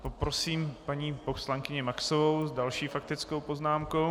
Poprosím paní poslankyni Maxovou s další faktickou poznámkou.